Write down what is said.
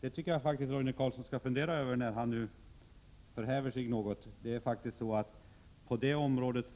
Det tycker jag att Roine Carlsson skall fundera över, när han nu förhäver sig något. På det området